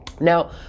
Now